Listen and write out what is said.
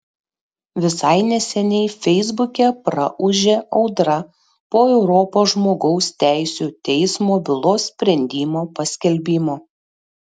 visai neseniai feisbuke praūžė audra po europos žmogaus teisių teismo bylos sprendimo paskelbimo